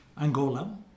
Angola